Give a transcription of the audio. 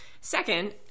Second